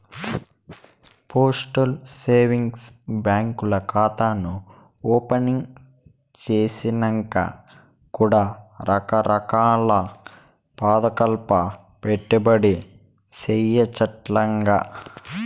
postal savings బాంకీల్ల కాతాను opening సేసినంక కూడా రకరకాల్ల పదకాల్ల పెట్టుబడి సేయచ్చంటగా